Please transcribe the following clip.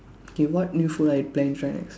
K what new food are you planning to try next